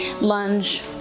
lunge